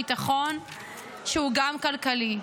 ביטחון שהוא גם כלכלי,